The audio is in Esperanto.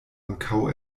ankaŭ